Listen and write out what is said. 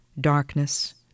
darkness